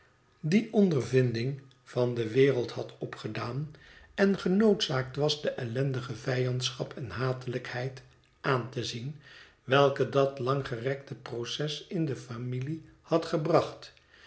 die ondervinding van de wereld had opgedaan en genoodzaakt was de ellendige vijandschap en hatelijkheid aan te zien welke dat langgerekte proces in de familie had gebracht